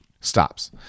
stops